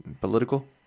political